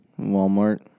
Walmart